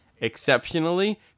Exceptionally